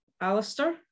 Alistair